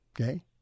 okay